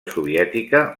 soviètica